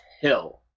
Hill